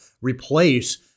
replace